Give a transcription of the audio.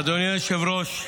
אדוני היושב-ראש,